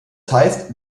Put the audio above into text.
heißt